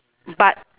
but